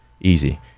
easy